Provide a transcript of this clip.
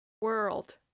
World